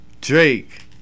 Drake